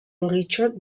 richard